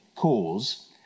cause